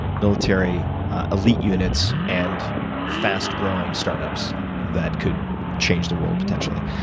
military elite units and fast growing startups that could change the world, potentially.